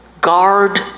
guard